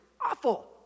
awful